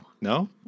No